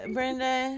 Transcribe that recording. Brenda